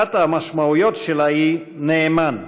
אחת המשמעויות שלה היא נאמן.